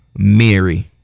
Mary